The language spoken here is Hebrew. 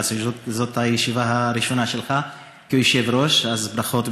זו הישיבה הראשונה שלך כיושב-ראש, אז ברכות.